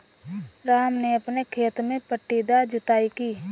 राम ने अपने खेत में पट्टीदार जुताई की